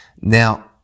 Now